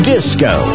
Disco